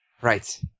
Right